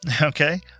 okay